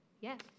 Yes